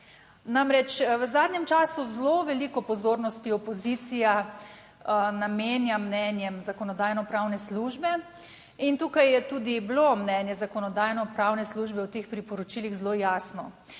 Namreč v zadnjem času zelo veliko pozornosti opozicija namenja mnenjem Zakonodajno-pravne službe in tukaj je tudi bilo mnenje Zakonodajno-pravne službe o teh priporočilih zelo jasno.